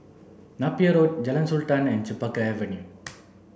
Napier Road Jalan Sultan and Chempaka Avenue